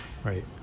Right